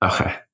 Okay